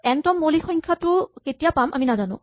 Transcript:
N তম মৌলিক সংখ্যাটো কেতিয়া পাম আমি নাজানো